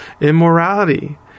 immorality